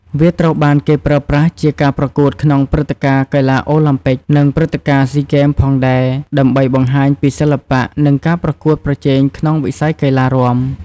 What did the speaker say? វាត្រូវបានគេប្រើប្រាស់ជាការប្រកួតក្នុងព្រឹត្តិការណ៍កីឡាអូឡាំពិក និងព្រឹត្តិការណ៍ស៊ីហ្គេមផងដែរ ដើម្បីបង្ហាញពីសិល្បៈ និងការប្រកួតប្រជែងក្នុងវិស័យកីឡារាំ។